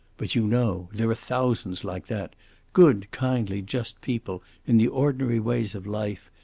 but you know! there are thousands like that good, kindly, just people in the ordinary ways of life,